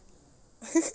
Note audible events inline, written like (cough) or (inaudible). (laughs)